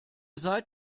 seid